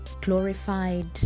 glorified